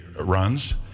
runs